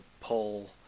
pull